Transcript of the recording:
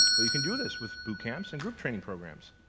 but you can do this with boot camps and group training programs.